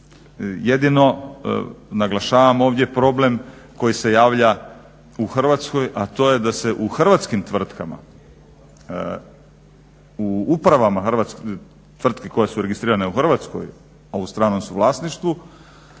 Jedino naglašavam ovdje problem koji se javlja u Hrvatskoj a to je da se u hrvatskim tvrtkama u upravama tvrtki koje su registrirane u Hrvatskoj a u stranom su vlasništvu